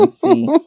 see